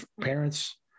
parents